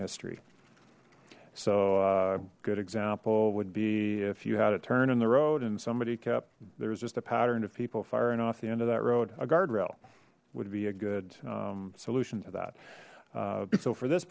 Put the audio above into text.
history so a good example would be if you had a turn in the road and somebody kept there was just a pattern of people firing off the end of that road a guardrail would be a good solution to that so for this